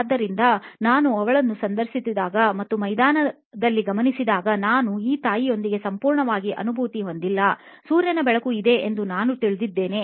ಆದ್ದರಿಂದ ನಾನು ಅವಳನ್ನು ಸಂದರ್ಶಿಸಿದಾಗ ಮತ್ತು ಮೈದಾನದಲ್ಲಿ ಗಮನಿಸಿದಾಗ ನಾನು ಈ ತಾಯಿಯೊಂದಿಗೆ ಸಂಪೂರ್ಣವಾಗಿ ಅನುಭೂತಿ ಹೊಂದಿಲ್ಲ ಸೂರ್ಯನ ಬೆಳಕು ಇದೆ ಎಂದು ನಾನು ತಿಳಿದ್ದಿದ್ದೇನೆ